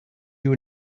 you